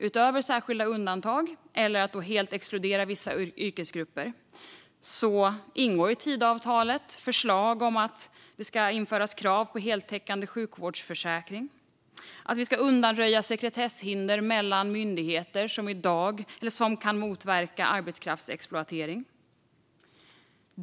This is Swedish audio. Utöver särskilda undantag eller att man helt exkluderar vissa yrkesgrupper ingår i Tidöavtalet förslag om att det ska införas krav på heltäckande sjukvårdsförsäkring och att vi ska undanröja sekretesshinder mellan myndigheter som kan motverka arbetskraftsexploatering.